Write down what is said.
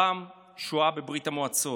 הפעם של השואה בברית המועצות.